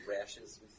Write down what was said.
rashes